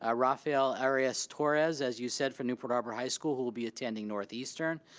ah rafael arias torres, as you said, for newport harbor high school, who will be attending northeastern,